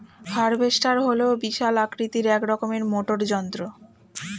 harvester হল বিশাল আকৃতির এক রকমের মোটর যন্ত্র